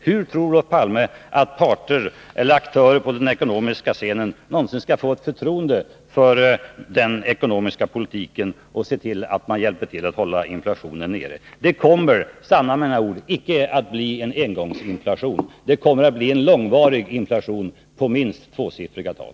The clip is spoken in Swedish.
Hur kan Olof Palme då tro att parter eller aktörer på den ekonomiska scenen någonsin då vill hjälpa till att hålla inflationen nere? Det kommer, sanna mina ord, icke att bli en engångsinflation. Det kommer att bli en långvarig inflation på minst tvåsiffriga tal.